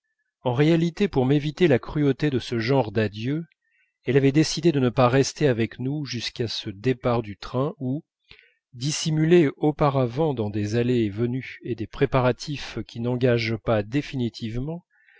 en réalité pour m'éviter la cruauté de ce genre d'adieux elle avait décidé de ne pas rester avec nous jusqu'à ce départ du train où dissimulée auparavant dans des allées et venues et des préparatifs qui n'engagent pas définitivement